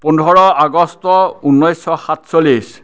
পোন্ধৰ আগষ্ট ঊনৈছশ সাতচল্লিছ